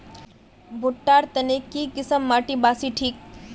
भुट्टा र तने की किसम माटी बासी ठिक?